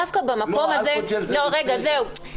דווקא במקום הזה --- אלכוג'ל זה בסדר.